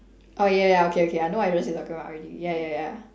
oh ya ya okay okay I know what dress you're talking about already ya ya ya